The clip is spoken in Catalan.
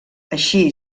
així